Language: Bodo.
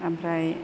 आमफ्राय